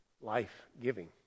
life-giving